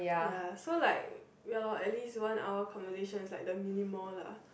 ya so like ya lor at least one hour conversation is like the minimal lah